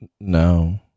No